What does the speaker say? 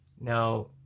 Now